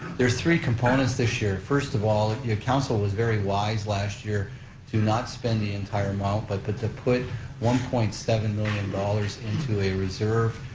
there's three components this year. first of all, the council was very wise last year to not spend the entire amount but but to put one point seven million dollars into a reserve